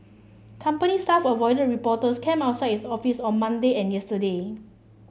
company staff avoided reporters cam outside its office on Monday and yesterday